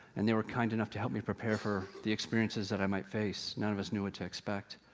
and they were kind enough to help me prepare for the experiences that i might face, none of us knew what to expect.